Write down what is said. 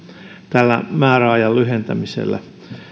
tällä määräajan lyhentämisellä